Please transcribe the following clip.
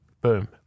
Boom